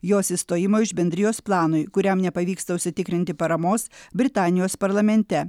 jos išstojimo iš bendrijos planui kuriam nepavyksta užsitikrinti paramos britanijos parlamente